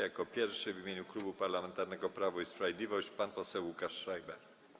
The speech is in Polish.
Jako pierwszy wystąpi w imieniu Klubu Parlamentarnego Prawo i Sprawiedliwość pan poseł Łukasz Schreiber.